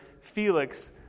Felix